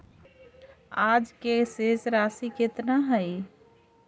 आज के शेष राशि केतना हई?